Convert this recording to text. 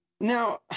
Now